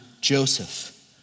Joseph